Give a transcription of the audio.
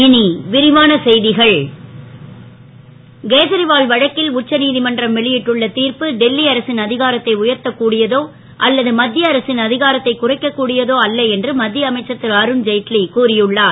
அருண் ஜெட்லி கேஜரிவால் வழக்கில் உச்சநீ மன்றம் வெளி ட்டுள்ள திர்ப்பு டெல்லி அரசின் அ காரத்தை உயர்த்தக் கூடியதோ அல்லது மத் ய அரசின் அ காரத்தைக் குறைக்க கூடியதோ அல்ல என்று மத் ய அமைச்சர் ரு அருண் ஜெட்லி கூறி உள்ளார்